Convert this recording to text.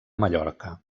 mallorca